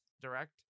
direct